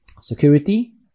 Security